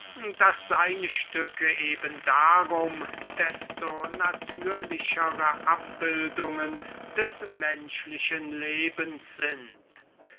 daß seine stücke eben darin natürliche abbildungen des menschlichen lebens sind